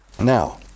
Now